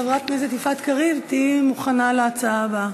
חברת הכנסת יפעת קריב, תהיי מוכנה להצעה הבאה.